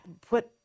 put